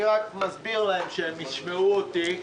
אני רק מסביר להם, שהם ישמעו אותי.